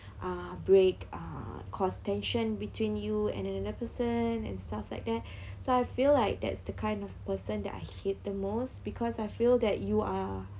uh break uh cause tension between you and another person and stuff like that so I feel like that's the kind of person that I hate the most because I feel that you are